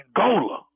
Angola